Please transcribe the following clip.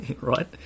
right